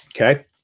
Okay